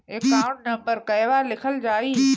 Account number कहवा लिखल जाइ?